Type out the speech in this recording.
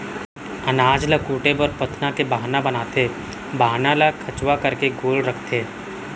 अनाज ल कूटे बर पथना के बाहना बनाथे, बाहना ल खंचवा करके गोल रखथें